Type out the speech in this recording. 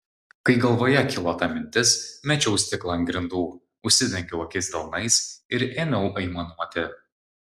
kai galvoje kilo ta mintis mečiau stiklą ant grindų užsidengiau akis delnais ir ėmiau aimanuoti